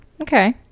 Okay